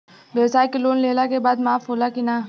ब्यवसाय के लोन लेहला के बाद माफ़ होला की ना?